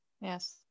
Yes